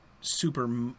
super